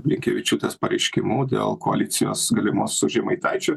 blinkevičiūtės pareiškimu dėl koalicijos galimos su žemaitaičiu